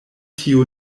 tio